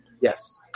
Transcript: Yes